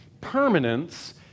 permanence